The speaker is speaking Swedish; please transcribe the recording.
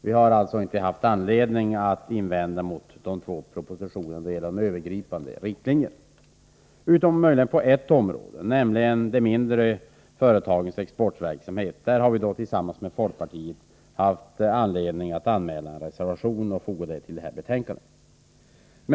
Vi har alltså inte haft anledning att invända mot dessa två propositioner när det gäller de övergripande riktlinjerna utom möjligen på en punkt, nämligen i fråga om de mindre företagens exportverksamhet. Där har vi tillsammans med folkpartiet haft anledning att foga en reservation till det här betänkandet.